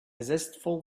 zestful